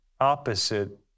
opposite